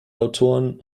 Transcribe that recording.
autoren